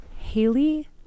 Haley